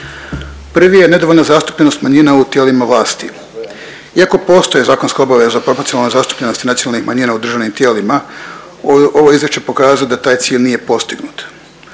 Prvi je nedovoljna zastupljenost manjina u tijelima vlasti. Iako postoji zakonska obaveza proporcionalne zastupljenosti nacionalnih manjina u državnim tijelima, ovo izvješće pokazuje da taj cilj nije postignut.